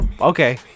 Okay